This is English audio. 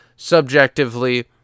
Subjectively